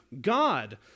God